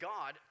God